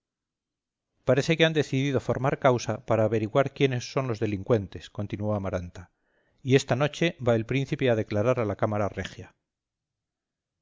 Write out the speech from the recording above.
parece que han decidido formar causa para averiguar quiénes son los delincuentes continuó amaranta y esta noche va el príncipe a declarar a la cámara regia